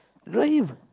drive